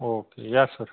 okay या sir